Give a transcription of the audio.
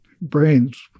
brains